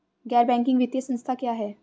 गैर बैंकिंग वित्तीय संस्था क्या है?